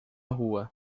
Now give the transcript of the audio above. rua